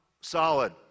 solid